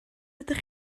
ydych